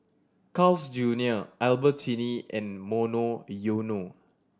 Carl's Junior Albertini and Monoyono